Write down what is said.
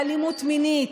באלימות מינית,